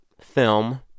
film